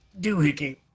doohickey